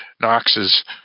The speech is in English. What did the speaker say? Knox's